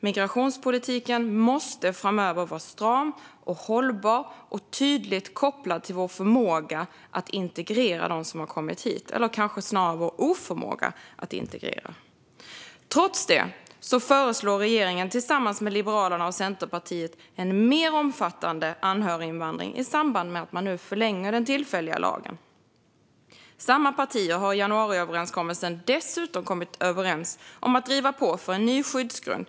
Migrationspolitiken måste framöver vara stram, hållbar och tydligt kopplad till vår förmåga att integrera dem som har kommit hit - eller snarare vår oförmåga att integrera. Trots detta föreslår regeringen, tillsammans med Liberalerna och Centerpartiet, en mer omfattande anhöriginvandring i samband med att man nu förlänger den tillfälliga lagen. Samma partier har i januariöverenskommelsen dessutom kommit överens om att driva på för en ny skyddsgrund.